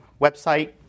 website